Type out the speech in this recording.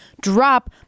drop